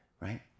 right